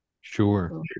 Sure